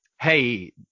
hey